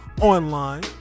online